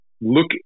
look